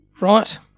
Right